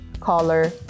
color